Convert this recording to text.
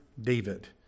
David